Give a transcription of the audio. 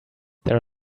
there